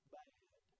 bad